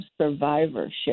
survivorship